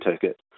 ticket